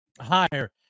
higher